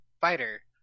fighter